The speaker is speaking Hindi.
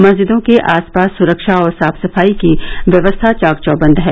मस्जिदो के आस पास सुरक्षा और साफ सफाई की व्यवस्था चाक चौबंद है